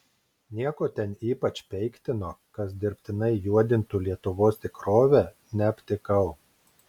nieko ten ypač peiktino kas dirbtinai juodintų lietuvos tikrovę neaptikau